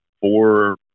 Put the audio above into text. four